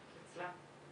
אפשר לחזור על השאלה?